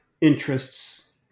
interests